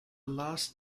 last